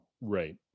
Right